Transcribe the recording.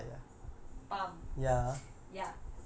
it's like a watch when you slap on your